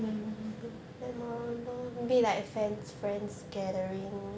memorable